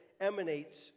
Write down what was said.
emanates